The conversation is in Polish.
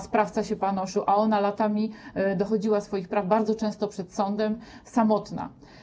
Sprawca się panoszył, a ona latami dochodziła swoich praw, bardzo często przed sądem, samotna.